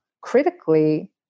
critically